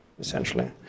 essentially